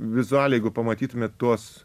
vizualiai jeigu pamatytumėt tuos